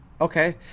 Okay